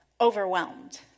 overwhelmed